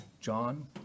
John